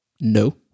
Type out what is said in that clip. No